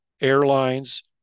airlines